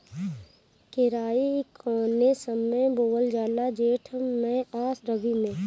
केराई कौने समय बोअल जाला जेठ मैं आ रबी में?